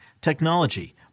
technology